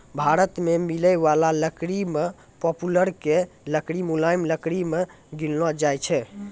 भारत मॅ मिलै वाला लकड़ी मॅ पॉपुलर के लकड़ी मुलायम लकड़ी मॅ गिनलो जाय छै